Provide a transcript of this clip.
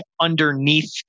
underneath